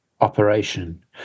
operation